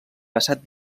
passat